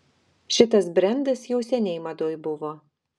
šitas brendas jau seniai madoj buvo